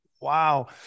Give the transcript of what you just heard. wow